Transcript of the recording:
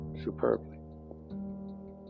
Superbly